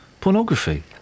pornography